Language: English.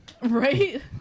right